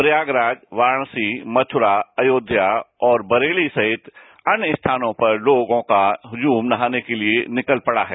प्रयागराज वाराणसी मथुरा अयोध्या और बरेली सहित अन्य स्थानों पर लोगों का हुजूम नहान के लिए निकल पड़ा है